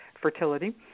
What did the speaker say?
fertility